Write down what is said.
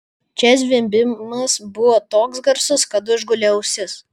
čia zvimbimas buvo toks garsus kad užgulė ausis